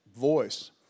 voice